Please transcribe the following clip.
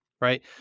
Right